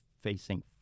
facing